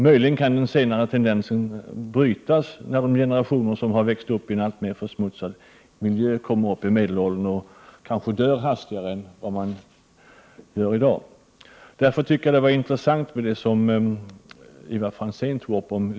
Möjligen kan den senare tendensen brytas, när de generationer som har växt upp i en alltmer försmutsad miljö kommer upp i medelåldern och kanske dör tidigare än vad man gör i dag. Därför tycker jag att det som Ivar Franzén tog upp om livsstilens betydelse var intressant. Jag Prot.